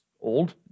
old